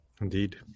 Indeed